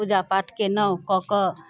पूजा पाठ केलहुँ कऽ कऽ